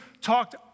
talked